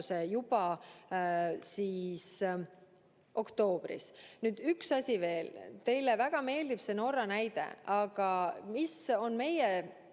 juba oktoobris? Nüüd, üks asi veel. Teile väga meeldib see Norra näide. Aga mis on meie